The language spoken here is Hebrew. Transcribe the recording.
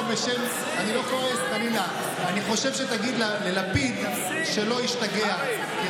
על מה הולכת המשכורת שלך?